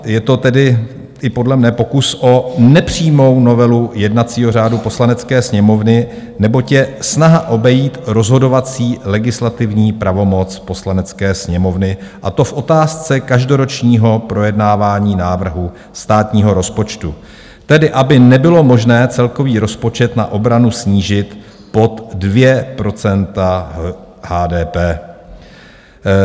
Je to tedy i podle mne pokus o nepřímou novelu jednacího řádu Poslanecké sněmovny, neboť je snaha obejít rozhodovací legislativní pravomoc Poslanecké sněmovny, a to v otázce každoročního projednávání návrhu státního rozpočtu, tedy aby nebylo možné celkový rozpočet na obranu snížit pod 2 % HDP.